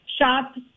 Shops